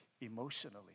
emotionally